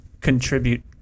contribute